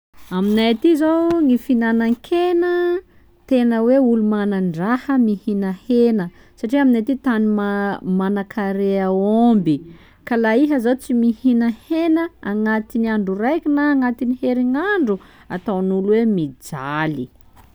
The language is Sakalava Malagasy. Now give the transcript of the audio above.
Aminay aty zô, gny finanan-kena, tena hoe olo manan-draha mihina hena satria aminay aty tany ma- manan-karea ômby, ka laha iha zô tsy mihena hena agnatiny andro raika na agnatiny herignandro ataon'olo hoe mijaly.